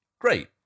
great